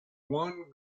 one